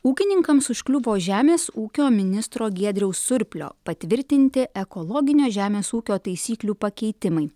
ūkininkams užkliuvo žemės ūkio ministro giedriaus surplio patvirtinti ekologinio žemės ūkio taisyklių pakeitimai